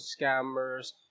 scammers